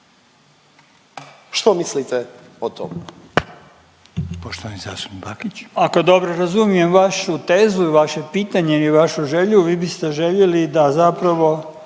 Što mislite o tom?